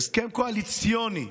בהסכם קואליציוני,